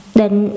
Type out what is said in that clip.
định